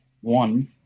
one